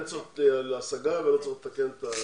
אין צורך בהשגה ואין צורך לתקן את ה